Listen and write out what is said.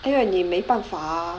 因为你没办法 ah